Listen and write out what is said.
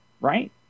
right